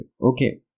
Okay